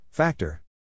Factor